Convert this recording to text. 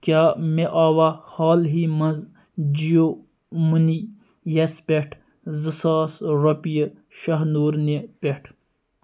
کیٛاہ مےٚ آوا حالٕے منٛز جِیو مٔنی یَس پٮ۪ٹھ زٕ ساس رۄپیہِ شاہنوٗر نہِ پٮ۪ٹھ